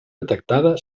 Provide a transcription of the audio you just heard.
detectada